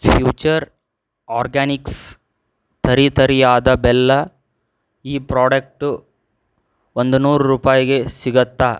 future organics ತರಿ ತರಿಯಾದ ಬೆಲ್ಲ ಈ ಪ್ರಾಡಕ್ಟು ಒಂದು ನೂರು ರೂಪಾಯಿಗೆ ಸಿಗುತ್ತಾ